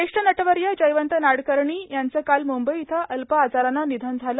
ज्येष्ठ नटवर्य जयवंत नाडकर्णी यांचं काल म्रंबई इथं अल्प आजारानं निधन झालं